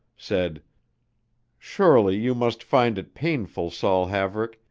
said surely you must find it painful, saul haverick,